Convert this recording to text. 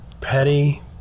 petty